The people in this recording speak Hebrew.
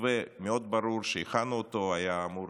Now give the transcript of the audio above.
מתווה מאוד ברור שהכנו אותו, שהיה אמור